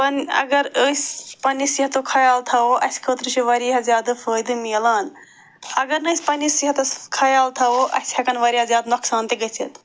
پنٕنۍ اگر أسۍ پنٛنہِ صحتُک خیال تھاوو اَسہِ خٲطرٕ چھِ واریاہ زیادٕ فٲیدٕ مِلان اگر نہٕ أسۍ پنٛنِس صحتس خیال تھاوو اَسہِ ہٮ۪کن واریاہ زیادٕ نۄقصان تہِ گٔژھِتھ